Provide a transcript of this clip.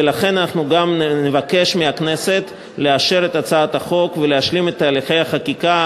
ולכן אנחנו גם נבקש מהכנסת לאשר את הצעת החוק ולהשלים את תהליכי החקיקה